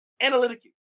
Analytic